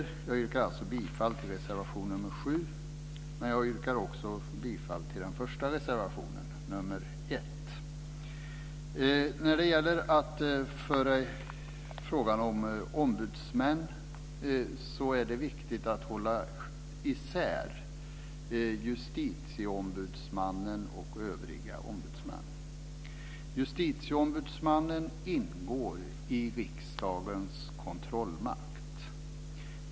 Jag yrkar alltså bifall till reservation nr 7 men också till reservation nr 1. När det gäller att föra frågan om ombudsmän är det viktigt att hålla isär justitieombudsmannen och övriga ombudsmän. Justitieombudsmannen ingår i riksdagens kontrollmakt.